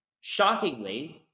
Shockingly